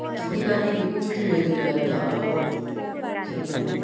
थुखैनानै बिखौ जोङो दोनो आरो दा माबाखौ सैमाखौ